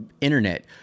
internet